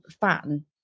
Fan